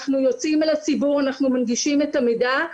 אנחנו יוצאים אל הציבור, אנחנו מנגישים את המידע.